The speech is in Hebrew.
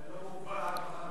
דרך אגב, הסיכום,